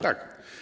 Tak.